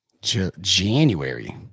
January